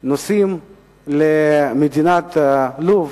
נוסעים למדינת לוב